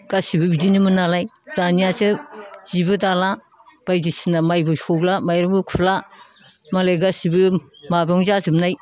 गासैबो बिदिनोमोन नालाय दानियासो जिबो दाला बायदिसिना माइबो सौला माइरंबो खुरला मालाय गासैबो माबायावनो जाजोबनाय